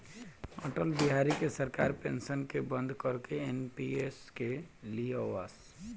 अटल बिहारी के सरकार पेंशन के बंद करके एन.पी.एस के लिअवलस